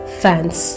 fans